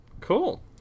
Cool